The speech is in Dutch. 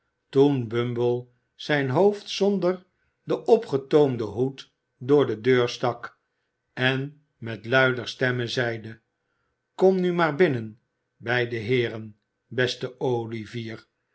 toen bumble zijn hoofd zonder den opgetoomden hoed door de deur stak en met luiderstemme zeide kom nu maar binnen bij de heeren beste olivier